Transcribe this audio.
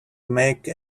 make